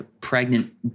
pregnant